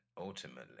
ultimately